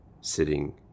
sitting